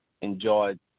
enjoyed